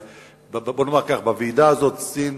בואו נאמר כך: בוועידה הזאת סין